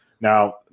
Now